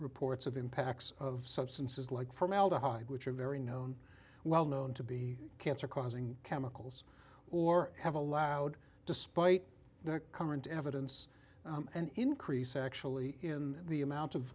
reports of impacts of substances like formaldehyde which are very known well known to be cancer causing chemicals or have allowed despite their current evidence an increase actually in the amount of